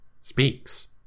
speaks